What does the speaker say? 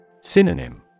Synonym